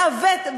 לעוות,